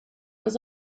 was